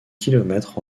kilomètres